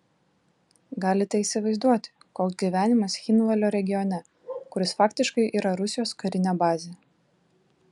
galite įsivaizduoti koks gyvenimas cchinvalio regione kuris faktiškai yra rusijos karinė bazė